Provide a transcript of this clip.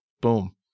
Boom